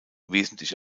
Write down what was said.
wesentlich